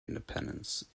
independence